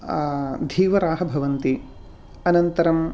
धीवराः भवन्ति अनन्तरम्